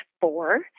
four